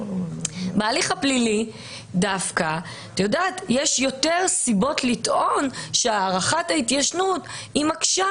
בהליך הפלילי דווקא יש יותר סיבות לטעון שהארכת ההתיישנות היא מקשה,